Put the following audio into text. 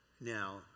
Now